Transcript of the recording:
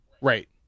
Right